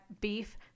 beef